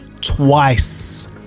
twice